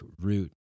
root